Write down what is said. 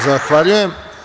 Zahvaljujem.